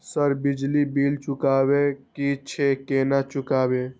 Sir बिजली bill चुकाबे की छे केना चुकेबे?